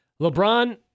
LeBron